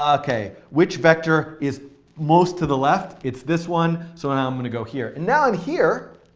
ok, which vector is most to the left? it's this one. so now i'm going to go here. and now i'm here,